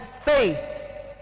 faith